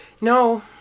no